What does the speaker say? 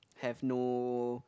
have no